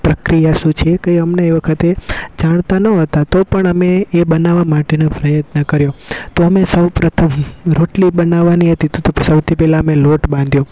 પ્રક્રિયા શું છે કંઈ અમને એ વખતે જાણતા ન હતા તો પણ અમે એ બનાવા માટેનો પ્રયત્ન કર્યો તો અમે સૌપ્રથમ રોટલી બનાવાની હતી તો તો સૌથી પહેલાં અમે લોટ બાંધ્યો